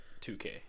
2K